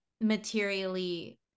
materially